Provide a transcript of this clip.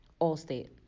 Allstate